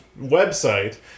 website